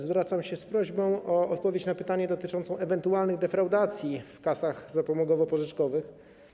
Zwracam się z prośbą o odpowiedź na pytanie dotyczące ewentualnych defraudacji w kasach zapomogowo-pożyczkowych.